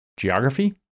Geography